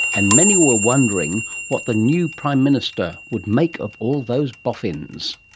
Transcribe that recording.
and many were wondering what the new prime minister would make of all those boffins.